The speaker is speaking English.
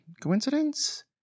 coincidence